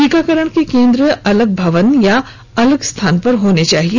टीकाकरण के केन्द्र अलग भवन या अलग स्थान पर होने चाहिए